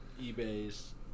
Ebay's